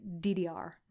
DDR